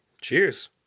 Cheers